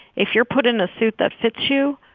if you're put in a suit that fits you,